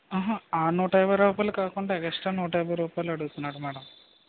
ఊహు ఆ నూటయాభై రూపాయలు కాకుండా ఎక్స్ట్రా నూటయాభై రూపాయలు అడుగుతున్నాడు మేడం